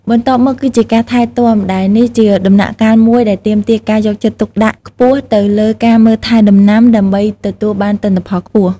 បន្ទាប់មកគឺជាការថែទាំ ដែលនេះជាដំណាក់កាលមួយដែលទាមទារការយកចិត្តទុកដាក់ខ្ពស់ទៅលើការមើលថែដំណាំ ដើម្បីឲ្យទទួលបានទិន្នផលខ្ពស់។